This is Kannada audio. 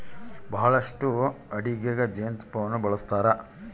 ಬಹಳಷ್ಟು ಅಡಿಗೆಗ ಜೇನುತುಪ್ಪನ್ನ ಬಳಸ್ತಾರ